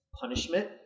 punishment